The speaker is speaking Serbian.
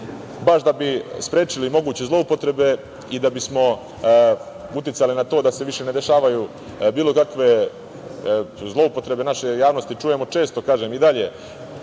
Baš da bismo sprečili moguće zloupotrebe i da bismo uticali na to da se više ne dešavaju bilo kakve zloupotrebe naše javnosti čujemo često, kažem, i dalje